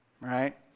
right